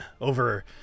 over